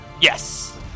Yes